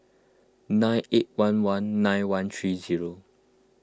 nine eight one one nine one three zero